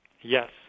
Yes